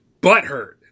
butthurt